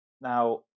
Now